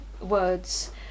words